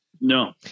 No